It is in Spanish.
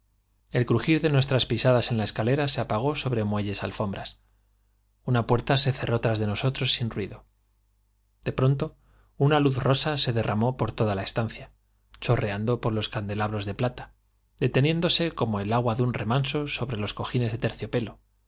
el crujir de nuestras pisadas en la escalera se apagó sobre muelles alfombras una puerta se cerró tras de nosotros sin ruido de pronto una luz rosa se de rramó por toda la estancia chorreando por los cande labros de el agua de plata deteniéndose como un remanso sobre los cojines de terciopelo